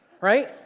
right